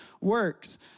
works